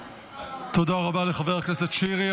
תודה רבה לחבר הכנסת שירי.